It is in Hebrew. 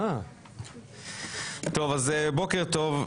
בוקר טוב.